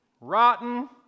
rotten